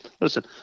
listen